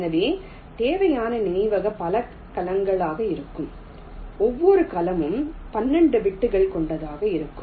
எனவே தேவையான நினைவகம் பல கலங்களாக இருக்கும் ஒவ்வொரு கலமும் 12 பிட்கள் கொண்டதாக இருக்கும்